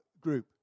group